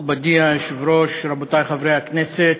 מכובדי היושב-ראש, רבותי חברי הכנסת,